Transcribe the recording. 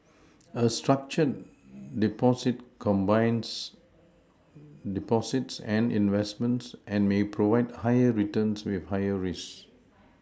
a structured Deposit combines Deposits and investments and may provide higher returns with higher risks